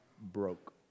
broke